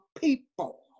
people